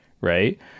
right